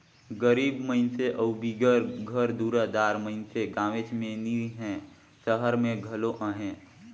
गरीब मइनसे अउ बिगर घर दुरा दार मइनसे गाँवेच में नी हें, सहर में घलो अहें